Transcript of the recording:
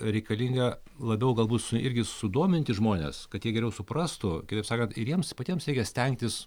reikalinga labiau galbūt su irgi sudominti žmones kad jie geriau suprastų kitaip sakant ir jiems patiems reikia stengtis